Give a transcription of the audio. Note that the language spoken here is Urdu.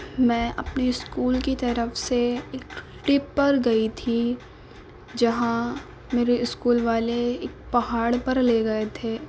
میں اپنے اسکول کی طرف سے ایک ٹپ پر گئی تھی جہاں میرے اسکول والے ایک پہاڑ پر لے گئے تھے